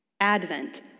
Advent